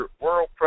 World